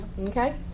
Okay